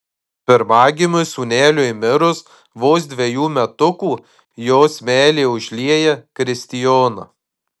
pirmagimiui sūneliui mirus vos dvejų metukų jos meilė užlieja kristijoną